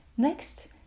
Next